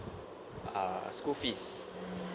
uh school fees